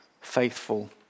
faithful